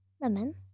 Lemon